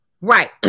right